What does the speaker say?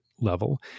level